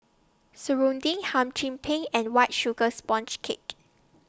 Serunding Hum Chim Peng and White Sugar Sponge Cake